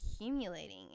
accumulating